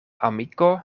amiko